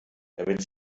damit